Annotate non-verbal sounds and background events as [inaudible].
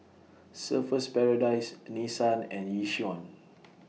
Surfer's Paradise Nissan and Yishion [noise]